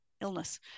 illness